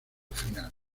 final